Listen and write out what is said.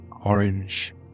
orange